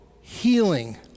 healing